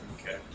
Okay